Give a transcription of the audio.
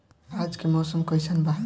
आज के मौसम कइसन बा?